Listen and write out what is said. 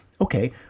Okay